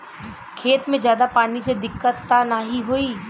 खेत में ज्यादा पानी से दिक्कत त नाही होई?